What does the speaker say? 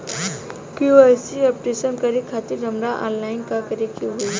KYC update करे खातिर हमरा ऑनलाइन का करे के होई?